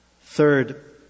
Third